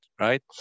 right